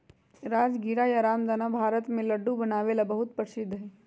राजगीरा या रामदाना भारत में लड्डू बनावे ला बहुत प्रसिद्ध हई